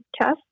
test